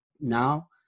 Now